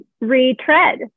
retread